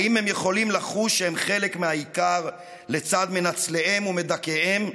האם הם יכולים לחוש שהם חלק מהעיקר לצד מנצליהם ומדכאיהם,